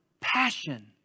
passion